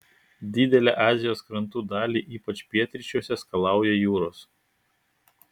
didelę azijos krantų dalį ypač pietryčiuose skalauja jūros